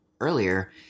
earlier